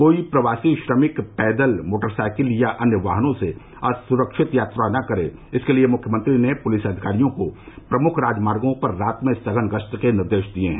कोई प्रवासी श्रमिक पैदल मोटर साइकिल व अन्य वाहनों से असुरक्षित यात्रा न करे इसके लिए मुख्यमंत्री ने पूलिस अधिकारियों को प्रमुख राजमार्गों पर रात में सघन गश्त के निर्देश दिये हैं